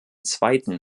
zweiten